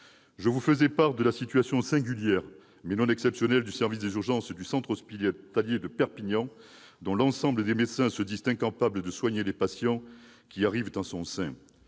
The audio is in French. Je vous ai fait part de la situation singulière, mais non exceptionnelle du service des urgences du centre hospitalier de Perpignan, dont les médecins se disent incapables de soigner les patients qui arrivent en son sein.